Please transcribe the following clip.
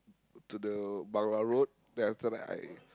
to the Bangla-Road then after that I